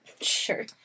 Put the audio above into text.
Sure